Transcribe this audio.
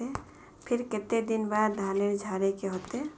फिर केते दिन बाद धानेर झाड़े के होते?